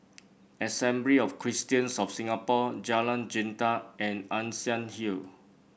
Assembly of Christians of Singapore Jalan Jintan and Ann Siang Hill